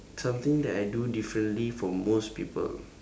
something that I do differently from most people